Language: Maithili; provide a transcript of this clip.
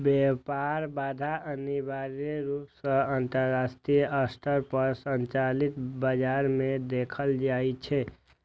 व्यापार बाधा अनिवार्य रूप सं अंतरराष्ट्रीय स्तर पर संचालित बाजार मे देखल जाइ छै